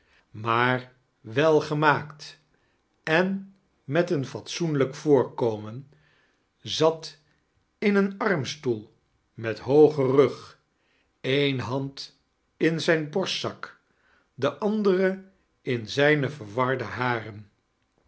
maar welgernaakt en met een fatsoelijk voorkomen zat in een armsteel met hoogen rug eene hand in zijn barsbzak de andere in zijne verwarde haren